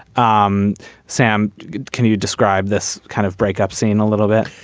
um sam can you describe this kind of breakup seeing a little bit.